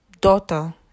daughter